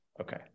okay